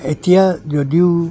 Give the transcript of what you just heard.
এতিয়া যদিও